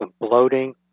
bloating